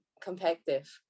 competitive